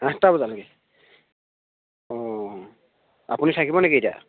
আঠটা বজালৈকে অঁ আপুনি থাকিব নেকি এতিয়া